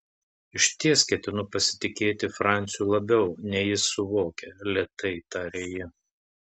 išties ketinu pasitikėti franciu labiau nei jis suvokia lėtai tarė ji